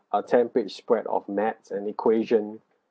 a ten page spread of maths and equation